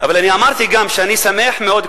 אבל אני אמרתי גם שאני שמח מאוד,